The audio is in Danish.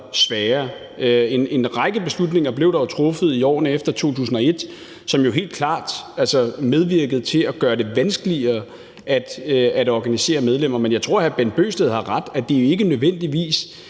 sværere. En række beslutninger blev der jo truffet i årene efter 2001, som helt klart medvirkede til at gøre det vanskeligere at organisere medlemmer. Men jeg tror, hr. Bent Bøgsted har ret i, at det jo ikke nødvendigvis